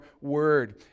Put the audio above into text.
word